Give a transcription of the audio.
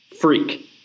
freak